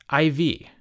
IV